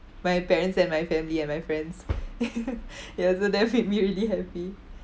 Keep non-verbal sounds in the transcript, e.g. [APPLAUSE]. my parents and my family and my friends [LAUGHS] ya so that made [LAUGHS] me really happy